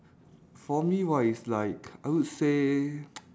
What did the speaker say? for me right is like I would say